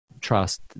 trust